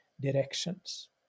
directions